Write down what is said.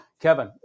Kevin